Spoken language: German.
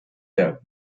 der